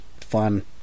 fun